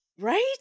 Right